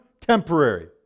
temporary